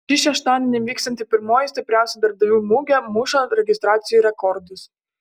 šį šeštadienį vyksianti pirmoji stipriausių darbdavių mugė muša registracijų rekordus